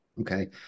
Okay